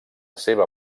seva